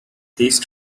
these